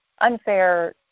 unfair